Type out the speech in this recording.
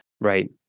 Right